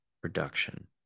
production